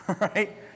right